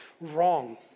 wrong